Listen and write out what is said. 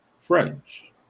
French